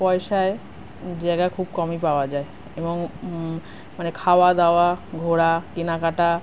পয়সায় জায়গা খুব কমই পাওয়া যায় এবং মানে খাওয়াদাওয়া ঘোরা কেনাকাটা